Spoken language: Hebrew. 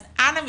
אז אנא מכם,